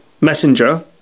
messenger